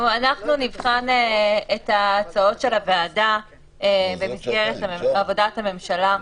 אנחנו נבחן את ההצעות של הוועדה במסגרת עבודת הממשלה,